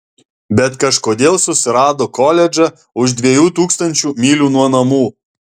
bet kažkodėl susirado koledžą už dviejų tūkstančių mylių nuo namų